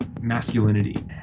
masculinity